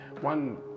one